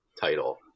title